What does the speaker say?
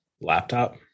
laptop